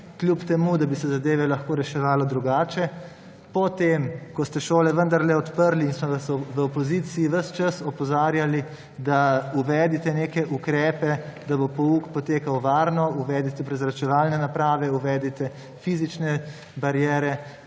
čeprav bi se zadeve lahko reševalo drugače. Po tem, ko ste šole vendarle odprli in smo vas v opoziciji več čas opozarjali, da uvedite neke ukrepe, da bo pouk potekel varno, uvedite prezračevalne naprave, uvedite fizične bariere,